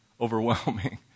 overwhelming